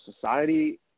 Society